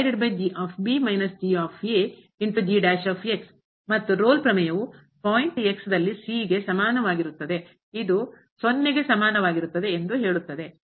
ಆದ್ದರಿಂದ ಮತ್ತು ರೋಲ್ ಪ್ರಮೇಯವು ಪಾಯಿಂಟ್ c ಗೆ ಸಮನಾಗಿರುತ್ತದೆ ಇದು ಗೆ ಸಮಾನವಾಗಿರುತ್ತದೆ ಎಂದು ಹೇಳುತ್ತದೆ